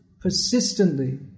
persistently